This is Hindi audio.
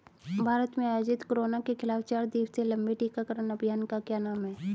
भारत में आयोजित कोरोना के खिलाफ चार दिवसीय लंबे टीकाकरण अभियान का क्या नाम है?